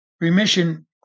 Remission